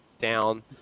down